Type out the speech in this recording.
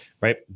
right